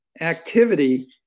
activity